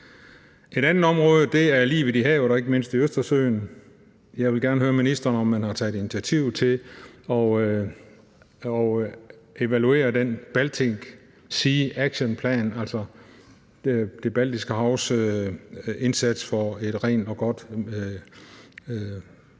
Et andet område er livet i havene og ikke mindst i Østersøen. Jeg vil gerne høre ministeren, om han har taget initiativ til at evaluere den Baltic Sea Action Plan, altså indsatsen for et rent og godt havmiljø